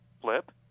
flip